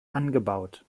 angebaut